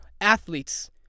athletes